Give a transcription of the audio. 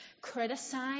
criticize